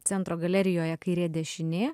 centro galerijoje kairė dešinė